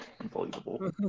Unbelievable